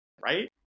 right